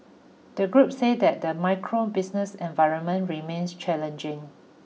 the group say that the macro business environment remains challenging